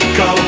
go